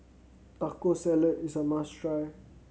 Taco Salad is a must try